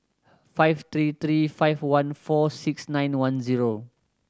five three three five one four six nine one zero